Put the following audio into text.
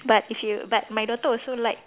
but if you but my daughter also like